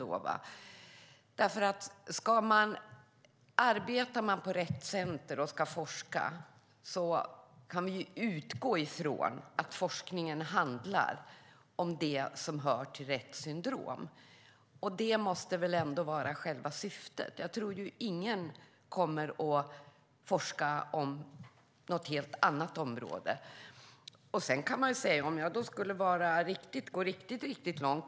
Om man ska arbeta och forska på Rett Center kan vi utgå från att forskningen handlar om det som hör till Retts syndrom. Det måste ändå vara syftet. Jag tror att ingen kommer att forska om något helt annat område. Låt mig gå riktigt långt.